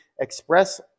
Express